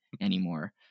anymore